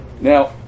Now